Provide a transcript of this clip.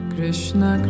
Krishna